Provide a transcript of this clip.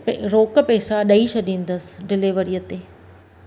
रोक पैसा ॾेई छॾींदसि डिलीवरीअ ते